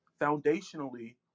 foundationally